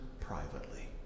privately